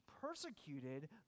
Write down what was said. persecuted